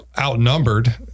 outnumbered